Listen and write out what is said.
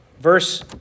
verse